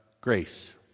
grace